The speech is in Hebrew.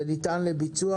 זה ניתן לביצוע.